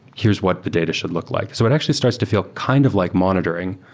here's what the data should look like. so it actually starts to feel kind of like monitoring,